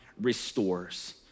restores